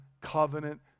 covenant